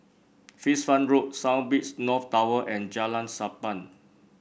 Fish Farm Road South Beach North Tower and Jalan Sappan